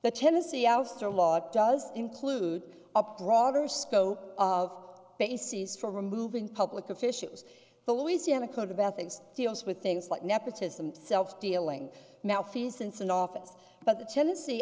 the tennessee ouster law does include up broader scope of basis for removing public officials the louisiana code of ethics deals with things like nepotism self dealing now few since in office but the tennessee